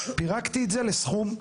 פירקתי את זה לסכום.